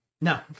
No